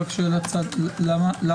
כדי